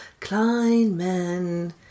Kleinman